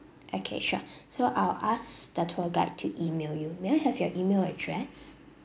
okay sure so I will ask the tour guide to email you may I have your email address